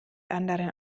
anderen